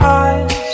eyes